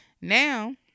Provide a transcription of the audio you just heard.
Now